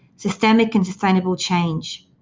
systemic and sustainable change.